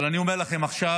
אבל אני אומר לכם עכשיו,